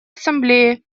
ассамблее